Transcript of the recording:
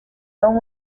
son